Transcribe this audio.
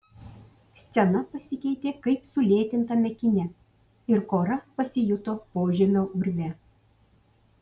scena pasikeitė kaip sulėtintame kine ir kora pasijuto požemio urve